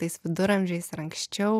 tais viduramžiais ir anksčiau